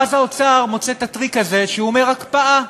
ואז האוצר מוצא את הטריק הזה שהוא אומר "הקפאה".